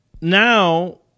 now